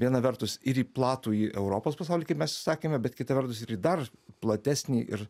viena vertus ir į platųjį europos pasaulį kaip mes sakėme bet kita vertus ir į dar platesnį ir